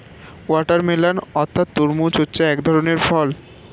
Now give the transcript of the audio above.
watermelon অর্থাৎ তরমুজ হচ্ছে এক ধরনের ফল